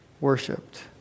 worshipped